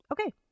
okay